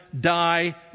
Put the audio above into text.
die